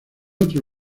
otro